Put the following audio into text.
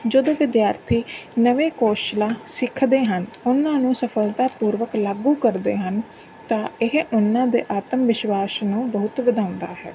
ਜਦੋਂ ਵਿਦਿਆਰਥੀ ਨਵੇਂ ਕੌਸ਼ਲ ਸਿੱਖਦੇ ਹਨ ਉਹਨਾਂ ਨੂੰ ਸਫਲਤਾ ਪੂਰਵਕ ਲਾਗੂ ਕਰਦੇ ਹਨ ਤਾਂ ਇਹ ਉਹਨਾਂ ਦੇ ਆਤਮ ਵਿਸ਼ਵਾਸ ਨੂੰ ਬਹੁਤ ਵਧਾਉਂਦਾ ਹੈ